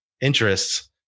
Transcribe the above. interests